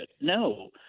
No